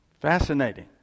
Fascinating